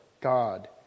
God